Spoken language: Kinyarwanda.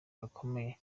gakomeye